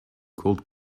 called